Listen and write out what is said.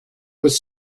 was